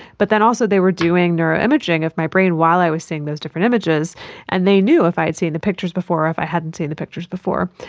but then also they were doing neuroimaging of my brain while i was seeing those different images and they knew if i had seen the pictures before or if i hadn't seen the pictures before.